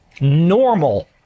normal